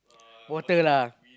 water lah